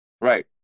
Right